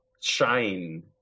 shine